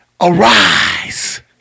Arise